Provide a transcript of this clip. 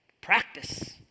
practice